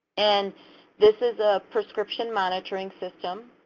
and this is a prescription monitoring system.